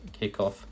kickoff